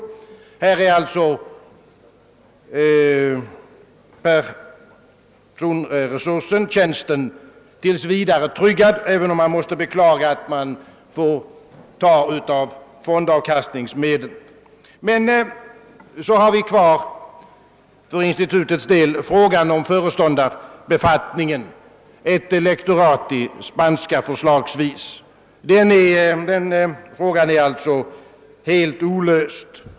Tjänsten är alltså tills vidare tryggad, även om man måste beklaga att fondavkastningsmedel tas i anspråk. Men så har vi kvar för institutets del frågan om föreståndarbefattningen, förslagsvis ett lektorat i spanska. Den frågan är alltså helt olöst.